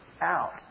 out